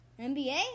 NBA